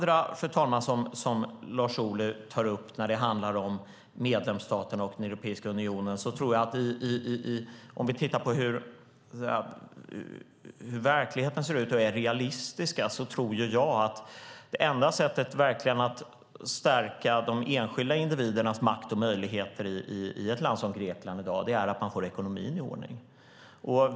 Lars Ohly tar upp ytterligare en sak när det handlar om medlemsstaterna och Europeiska unionen. Om vi tittar på hur verkligheten ser ut och om vi är realistiska tror jag att det enda sättet att verkligen stärka de enskilda individernas makt och möjligheter i ett land som Grekland i dag är att man får ekonomin i ordning.